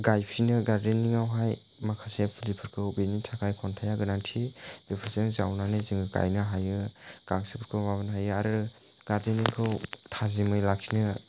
गाइफिननो गारदेनिंआवहाय माखासे फुलिफोरखौ बेनि थाखाइ खन्थाया गोनांथि बेफोरजों जावनानै जों गायनो हायो गांसोफोरखौ माबानो हायो आरो गारदेनिंखौ थाजिमै लाखिनो